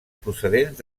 procedents